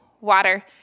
water